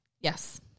Yes